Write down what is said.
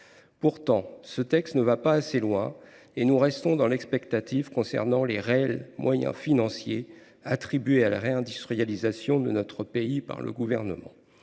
Pourtant, ce texte ne va pas assez loin et nous restons dans l’expectative concernant les réels moyens financiers attribués à la réindustrialisation de notre pays par le Gouvernement.